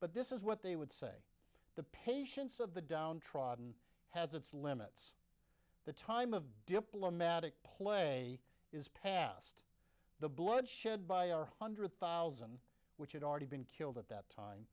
but this is what they would say the patience of the downtrodden has its limits the time of diplomatic play is past the blood shed by our hundred thousand which had already been killed at that time